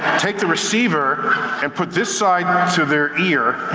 take the receiver and put this side to their ear,